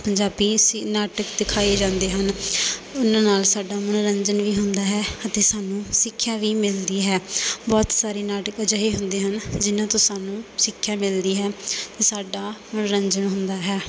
ਪੰਜਾਬੀ ਸੀ ਨਾਟਕ ਦਿਖਾਏ ਜਾਂਦੇ ਹਨ ਉਨ੍ਹਾਂ ਨਾਲ ਸਾਡਾ ਮਨੋਰੰਜਨ ਵੀ ਹੁੰਦਾ ਹੈ ਅਤੇ ਸਾਨੂੰ ਸਿੱਖਿਆ ਵੀ ਮਿਲਦੀ ਹੈ ਬਹੁਤ ਸਾਰੇ ਨਾਟਕ ਅਜਿਹੇ ਹੁੰਦੇ ਹਨ ਜਿਨ੍ਹਾਂ ਤੋਂ ਸਾਨੂੰ ਸਿੱਖਿਆ ਮਿਲਦੀ ਹੈ ਅਤੇ ਸਾਡਾ ਮਨੋਰੰਜਨ ਹੁੰਦਾ ਹੈ